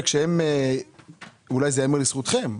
אולי זה ייאמר לזכותכם,